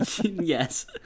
Yes